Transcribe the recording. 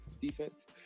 defense